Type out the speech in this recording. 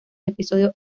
episodio